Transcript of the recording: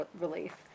relief